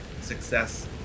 success